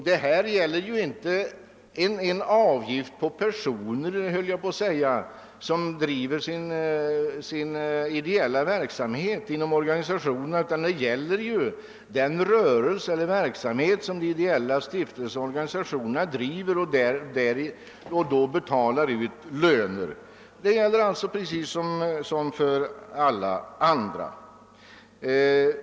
Det gäller här inte en avgift för personer, som bedriver ideell verksamhet inom en organisation, utan det gäller den rörelse som de ideella stiftelserna och organisationerna bedriver och där vid betalar ut löner. Då tillämpas samma principer som för alla andra.